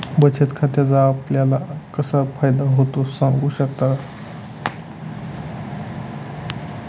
बचत खात्याचा आपणाला कसा फायदा होतो? सांगू शकता का?